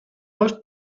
bost